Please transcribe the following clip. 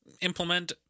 implement